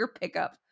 pickup